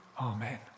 Amen